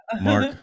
Mark